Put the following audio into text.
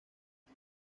fue